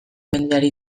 mendiari